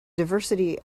diversity